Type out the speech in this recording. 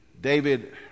David